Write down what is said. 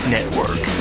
Network